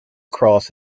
cross